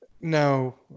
no